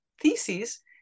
theses